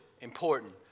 important